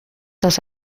das